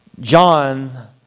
John